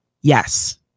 yes